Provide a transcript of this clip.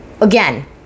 Again